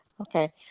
Okay